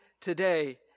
today